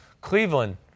Cleveland